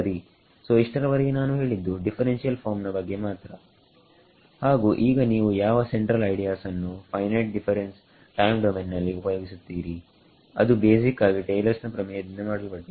ಸೋಇಷ್ಟರವರೆಗೆ ನಾನು ಹೇಳಿದ್ದು differential form ನ ಬಗ್ಗೆ ಮಾತ್ರ ಹಾಗು ಈಗ ನೀವು ಯಾವ ಸೆಂಟ್ರಲ್ ಐಡಿಯಾಸ್ ಗಳನ್ನು ಫೈನೈಟ್ ಡಿಫರೆನ್ಸ್ ಟೈಮ್ ಡೊಮೈನ್ ನಲ್ಲಿ ಉಪಯೋಗಿಸುತ್ತೀರಿ ಅದು ಬೇಸಿಕ್ ಆಗಿ ಟೇಲರ್ಸ್ ನ ಪ್ರಮೇಯದಿಂದ ಮಾಡಲ್ಪಟ್ಟಿದೆ